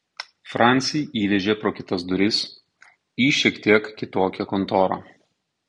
francį įvežė pro kitas duris į šiek tiek kitokią kontorą